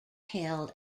held